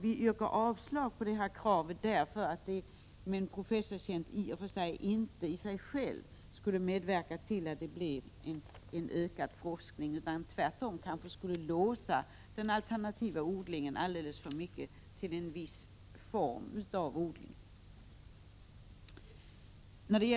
Vi yrkar avslag på det här kravet, eftersom en professorstjänst i och för sig inte skulle medverka till att det blev en ökning av forskningen. Tvärtom skulle den alternativa odlingen kunna låsas alldeles för mycket till en viss form av odling.